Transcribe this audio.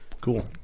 Cool